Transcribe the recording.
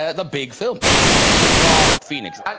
the big film x-men dark phoenix